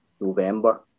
November